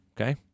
Okay